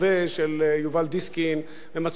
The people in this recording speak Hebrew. ומצאו שהוא לא קיבל שנה נוספת,